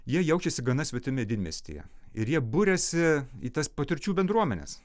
jie jaučiasi gana svetimi didmiestyje ir jie buriasi į tas patirčių bendruomenes